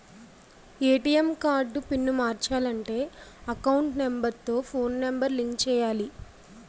ATM card pin మార్చాలంటే account number తో phone number link చేయాలి